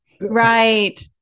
Right